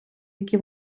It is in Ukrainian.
які